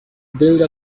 builder